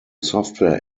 software